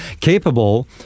Capable